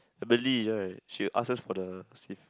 the belly right she ask us for the receipt